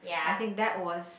I think that was